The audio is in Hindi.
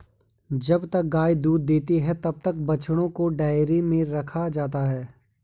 जब तक गाय दूध देती है तब तक बछड़ों को डेयरी में रखा जाता है